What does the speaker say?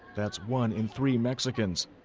that's one in three mexicans.